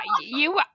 You-